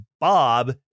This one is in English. Bob